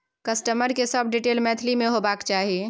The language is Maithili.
कस्टमर के सब डिटेल मैथिली में होबाक चाही